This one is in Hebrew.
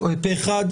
אושר פה אחד.